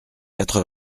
quatre